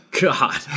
God